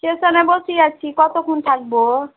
স্টেশানে বসে আছি কতোক্ষণ থাকবো